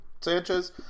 sanchez